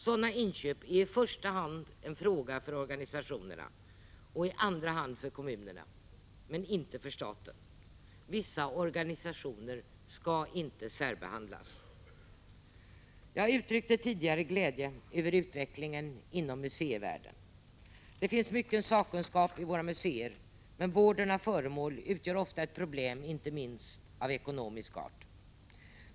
Sådana inköp är i första hand en fråga för organisationerna och i andra hand för kommunerna, men inte för staten. Vissa organisationer skall inte särbehandlas. Jag uttryckte tidigare glädje över utvecklingen inom museivärlden. Det finns mycken sakkunskap i våra museer, men vården av föremål utgör ofta ett problem, inte minst av ekonomisk art.